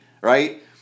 right